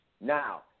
Now